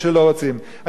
אני רוצה לומר עוד יותר,